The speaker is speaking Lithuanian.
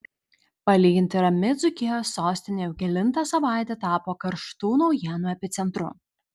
palyginti rami dzūkijos sostinė jau kelintą savaitę tapo karštų naujienų epicentru